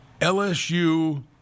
LSU